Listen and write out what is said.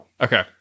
Okay